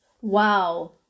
Wow